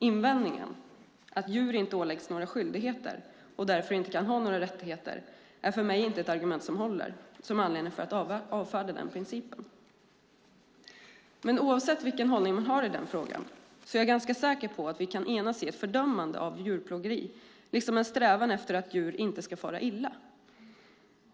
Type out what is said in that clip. Invändningen att djur inte åläggs några skyldigheter och därför inte heller kan ha några rättigheter är för mig inte ett argument som håller som anledning till att avfärda den principen. Oavsett vilken hållning man har i den frågan är jag ganska säker på att vi kan enas i ett fördömande av djurplågeri liksom i en strävan efter att djur inte ska fara illa.